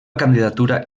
candidatura